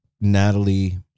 Natalie